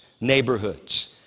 neighborhoods